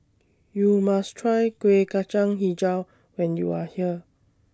YOU must Try Kueh Kacang Hijau when YOU Are here